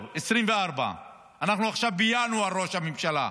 אנחנו עכשיו בינואר, ראש הממשלה.